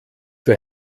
für